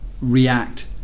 react